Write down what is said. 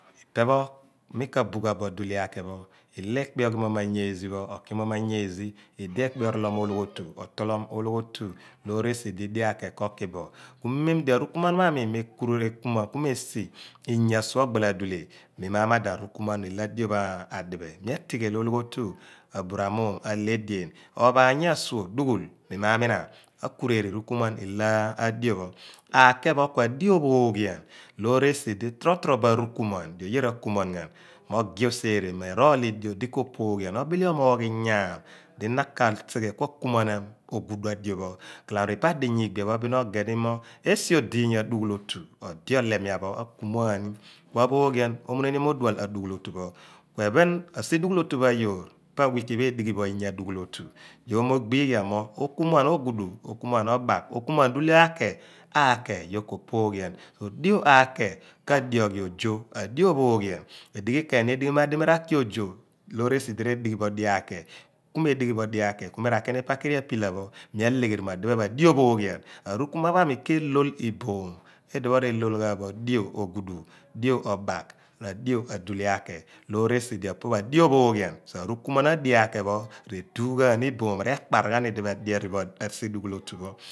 mi ka pu gha bo dule abe pho mi a ki moom anyeeze ilo ekpe oroloom ologhotu otolom ologhoto loor esi di dio ake ko ki bo ku meem di a ruku muan pho a mi me kumuan lekureri kumesi inyaa asuach ogbaladule bin mi ma madan rukumuan pho ilo a dio pho adiphe miatigheel ologhootu. aburah muum, aleh edean bin ophan ya asuurgh dughuul mi ma mina akureri ruku muan ilo adio pho akepho kua dio ophoghian loor esidi tro tro bo arukumuan di oye rakumuan ghan mo geh oseereh mo emoogh ni dio di oye ka pooghian ghan obile omoogh inyaan di na ka sighe kua kuma name ogudu a dio pho laripa adiyah igbia pho bin oge ni mo esi odiiny adughol otu odi olema pho akumuani kua phoghian omunienium odual adughol otu pho kue phen asidughul otupho ayoor pah a weeki pho edighi bo iinyaa adughul otu pho yoor moo̱ ogbieghian moo̱ okumuan ogudu, okumuan ogbaagh okumuan dule ake, ake yoor koo poo ghiani dio ake, ake oduo ika dio ojoh adio ophooghian di keni enighi mar di mi ra ki ojo loor esi di edighi bo dio ake kume dighi bo dio akeh po mi rakini pakiri asipila pho mia legheri mo adiphe pho a dio opho ghian aruku muan pho ani kelool iboom idipho relool gha bo dio ogudu, dio obaak radio adule aake loor esi di opo pho adio ophoghian dio akepho redughaani iboom rekpar ghan idi pho ipho ri pho a si dio pho.